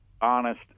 honest